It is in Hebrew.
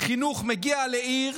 חינוך מגיע לעיר,